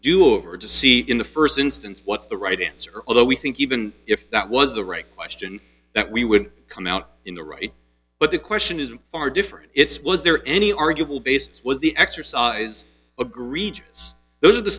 do over to see in the first instance what's the right answer although we think even if that was the right question that we would come out in the right but the question is far different it's was there any arguable basis was the exercise agreed those are the